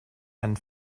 einen